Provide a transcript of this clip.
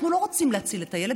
אנחנו לא רוצים להציל את הילד,